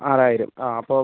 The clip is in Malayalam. ആറായിരം ആ അപ്പം